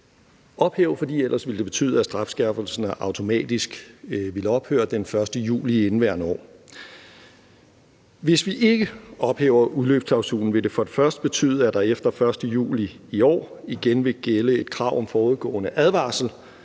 ophæve, for ellers ville det betyde, at strafskærpelserne automatisk ville ophøre den 1. juli i indeværende år. Hvis vi ikke ophæver udløbsklausulen, vil det for det første betyde, at der efter den 1. juli i år igen vil gælde et krav om forudgående advarsel